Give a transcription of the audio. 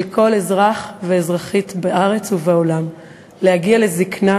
כל אזרח ואזרחית בארץ ובעולם להגיע לזיקנה,